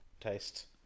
taste